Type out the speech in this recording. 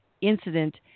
incident